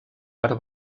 per